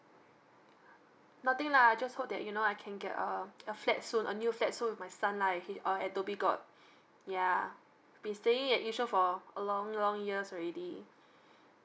nothing lah I just hope that you know I can get a a flat soon a new flat soon with my son lah if he or at dhoby ghaut yeah been staying at yishun for a long long years already